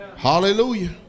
Hallelujah